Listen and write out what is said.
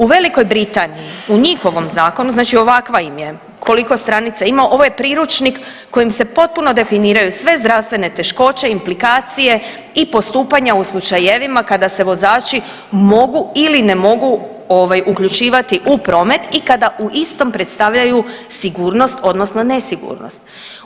U Velikoj Britaniji u njihovom zakonu znači ovakva im je koliko stranica ima, ovo je priručnik kojim se potpuno definiraju sve zdravstvene teškoće, implikacije i postupanja u slučajevima kada se vozači mogu ili ne mogu uključivati u promet i kada u istom predstavljaju sigurnost odnosno nesigurnost.